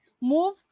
move